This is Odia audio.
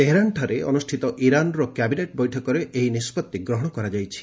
ତେହେରାନ୍ଠାରେ ଅନୁଷ୍ଠିତ ଇରାନ କ୍ୟାବିନେଟ୍ ବୈଠକରେ ଏହି ନିଷ୍ପଭି ନିଆଯାଇଛି